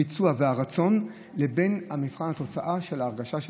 הביצוע והרצון לבין מבחן התוצאה של ההרגשה של